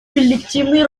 коллективной